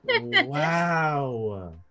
wow